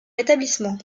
établissement